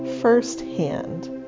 firsthand